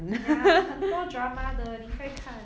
ya 很多 drama 的你应该看